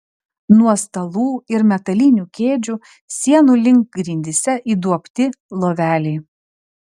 nuo stalų ir metalinių kėdžių sienų link grindyse įduobti loveliai